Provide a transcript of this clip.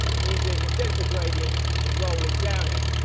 using a gentle gradient and rolling down it.